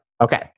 Okay